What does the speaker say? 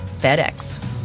FedEx